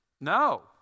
No